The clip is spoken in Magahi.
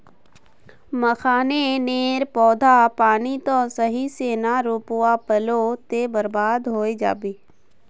मखाने नेर पौधा पानी त सही से ना रोपवा पलो ते बर्बाद होय जाबे